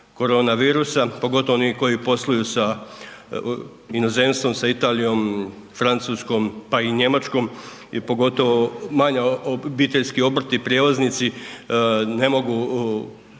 korona virusa, pogotovo oni koji posluju sa inozemstvom, sa Italijom, Francuskom pa i Njemačkom i pogotovo manja obiteljski obrti i prijevoznici ne mogu